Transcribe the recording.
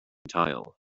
tile